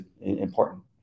important